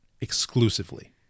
exclusively